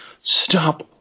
stop